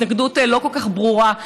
התנגדות לא כל כך ברורה,